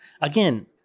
Again